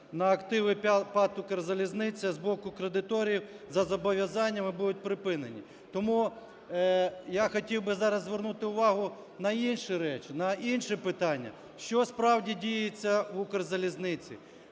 на активи ПАТ "Укрзалізниця" з боку кредиторів за зобов'язаннями будуть припинені. Тому я хотів би зараз звернути увагу на інші речі, на інші питання. Що справді діється у "Укрзалізниці"?